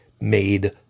made